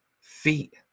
feet